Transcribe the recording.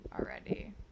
already